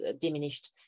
diminished